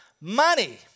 Money